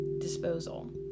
Disposal